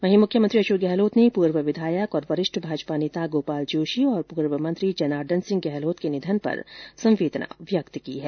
वहीं मुख्यमंत्री अशोक गहलोत ने पूर्व विधायक और वरिष्ठ भाजपा नेता गोपाल जोशी तथा पूर्व मंत्री जनार्दन सिंह गहलोत के निधन पर संवेदना व्यक्त की है